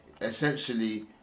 essentially